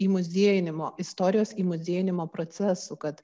įmuziejinimo istorijos įmuziejinimo procesu kad